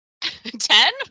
Ten